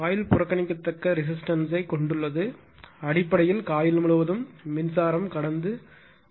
coil புறக்கணிக்கத்தக்க resistance யை கொண்டுள்ளது அடிப்படையில் காயில் முழுவதும் மின்சாரம் கடந்து செல்லும்